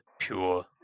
pure